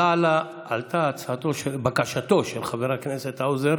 עלתה בקשתו של חבר הכנסת האוזר